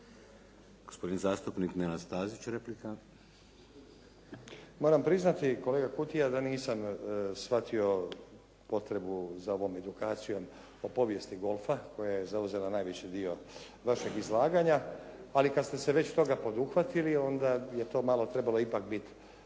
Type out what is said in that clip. Gospodin zastupnik Nenad Stazić, replika. **Stazić, Nenad (SDP)** Moram priznati kolega Kutija da nisam shvatio potrebu za ovom edukacijom o povijesti golfa koja je zauzela najveći dio vašeg izlaganja, ali kad ste se već toga poduhvatili onda je to malo trebalo ipak biti